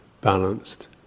balanced